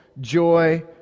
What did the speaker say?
joy